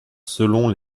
selon